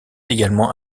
également